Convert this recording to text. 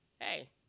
Hey